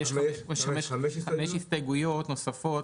יש חמש הסתייגויות נוספות,